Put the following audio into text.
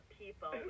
people